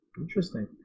Interesting